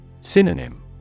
Synonym